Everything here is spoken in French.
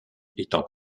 étant